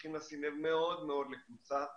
צריכים לשים לב מאוד מאוד לקבוצת הצעירים,